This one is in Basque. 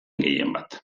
gehienbat